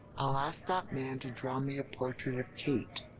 i'll ask that man to draw me a portrait of kate.